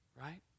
right